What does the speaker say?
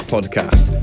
Podcast